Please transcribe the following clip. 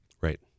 Right